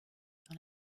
dans